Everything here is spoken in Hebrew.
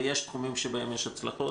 ויש תחומים שבהם יש הצלחות.